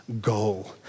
goal